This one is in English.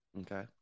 okay